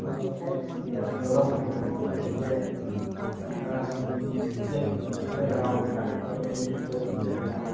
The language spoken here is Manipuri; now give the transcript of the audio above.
ꯑꯃꯣꯠꯄ ꯀꯌꯥꯥꯝ ꯌꯥꯎꯔꯝꯃꯤ ꯑꯗꯒꯤ ꯔꯪ ꯈꯦꯠꯈꯤꯕꯁꯨ ꯈꯔ ꯌꯥꯎꯏ ꯇꯛꯄꯗ ꯃꯣꯏꯅ ꯁꯣꯏꯕ꯭ꯔ ꯀꯔꯤꯅꯣ